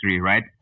right